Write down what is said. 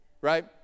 right